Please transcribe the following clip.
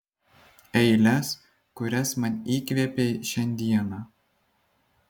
eiles kurias man įkvėpei šiandieną